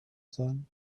sun